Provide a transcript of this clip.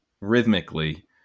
rhythmically